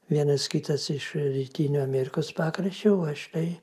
vienas kitas iš rytinių amerikos pakraščių o aš tai